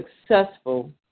successful